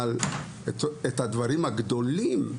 את הדברים הגדולים,